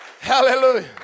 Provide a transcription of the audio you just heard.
hallelujah